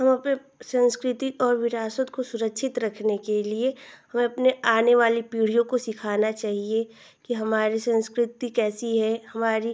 हम अपनी सँस्कृति और विरासत को सुरक्षित रखने के लिए हमें अपने आनेवाली पीढ़ियों को सिखाना चाहिए कि हमारी सँस्कृति कैसी है हमारी